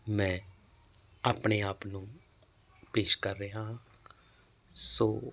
ਮੈਂ ਆਪਣੇ ਆਪ ਨੂੰ ਪੇਸ਼ ਕਰ ਰਿਹਾ ਸੋ